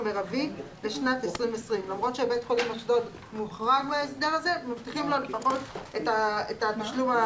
הסברנו את זה כבר אתמול.